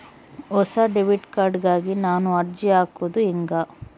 ಹೊಸ debit card ಗಾಗಿ ನಾನು ಅರ್ಜಿ ಹಾಕೊದು ಹೆಂಗ?